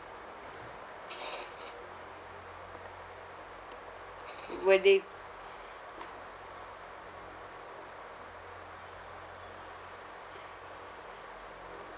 birthday